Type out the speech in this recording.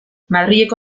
madrileko